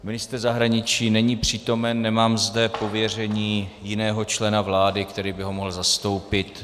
Ministr zahraničí není přítomen, nemám zde pověření jiného člena vlády, který by ho mohl zastoupit.